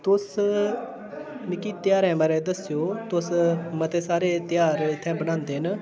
तुस मिगी ध्यारें बारै दस्सेओ तुस मते सारे ध्यार इत्थें मनांदे न